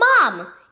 Mom